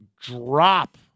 drop